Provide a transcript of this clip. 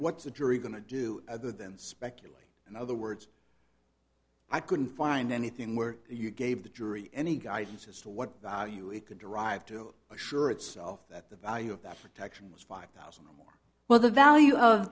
what's the jury going to do other than speculate in other words i couldn't find anything where you gave the jury any guidance as to what value it could derive to assure itself that the value of that protection was five thousand or well the value of